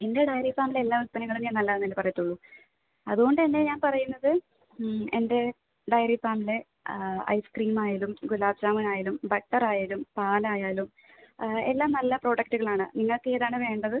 എൻ്റെ ഡയറി ഫാമിൽ എല്ലാ ഉൽപ്പന്നങ്ങളും ഞാൻ നല്ലതാണെന്നേ പറയുള്ളൂ അതുകൊണ്ടുതന്നെ ഞാൻ പറയുന്നത് എൻ്റെ ഡയറി ഫാമിലെ ഐസ്ക്രീം ആയാലും ഗുലാബ് ജാമുനായാലും ബട്ടർ ആയാലും പാലായാലും എല്ലാം നല്ല പ്രൊഡക്റ്റുകളാണ് നിങ്ങൾക്കേതാണ് വേണ്ടത്